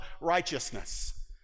righteousness